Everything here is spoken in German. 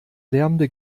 lärmende